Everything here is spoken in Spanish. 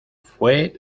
fue